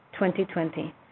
2020